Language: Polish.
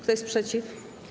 Kto jest przeciw?